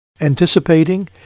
anticipating